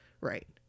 right